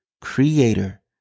creator